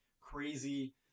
crazy